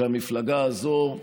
שהמפלגה הזאת,